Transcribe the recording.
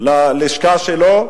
ללשכה שלו,